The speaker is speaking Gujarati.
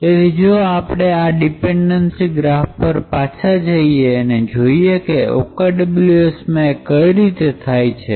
તો જો આપણે ડિપેન્ડન્સી ગ્રાફ પર પાછા જઈએ અને જોઈએ કે OKWSમાં એ કઈ રીતે થાય છે